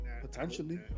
Potentially